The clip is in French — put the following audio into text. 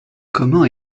comment